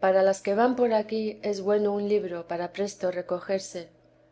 para las que van por aquí es bueno un libro para presto recogerse